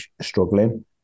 struggling